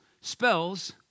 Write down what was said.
spells